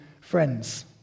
friends